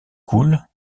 coule